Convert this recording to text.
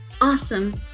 Awesome